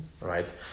right